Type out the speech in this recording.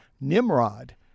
Nimrod